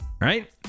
right